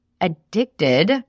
addicted